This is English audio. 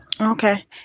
Okay